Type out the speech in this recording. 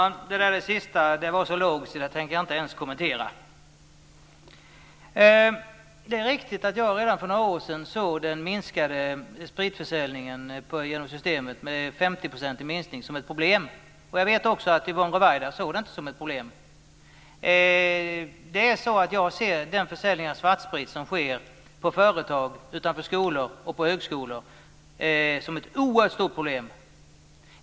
Fru talman! Det sista var så lågt att jag inte ens tänker kommentera det. Det är riktigt att jag redan för några år sedan såg den 50-procentigt minskade spritförsäljningen på Systemet som ett problem. Jag vet också att Yvonne Ruwaida inte gjorde det. Jag ser den försäljning av svartsprit som sker på företag, utanför skolor och på högskolor som ett oerhört stort problem.